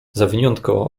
zawiniątko